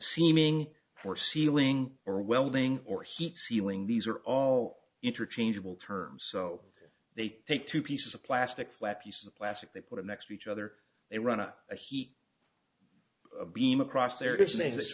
seeming more sealing or welding or heat sealing these are all interchangeable terms so they take two pieces of plastic flat piece of plastic they put it next to each other they run to a heat beam across there is a